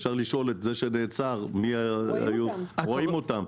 אפשר לשאול את זה שנעצר, רואים אותם.